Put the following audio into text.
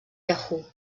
yahoo